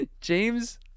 James